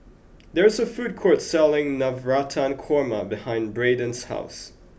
there is a food court selling Navratan Korma behind Braiden's house